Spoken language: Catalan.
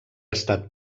estat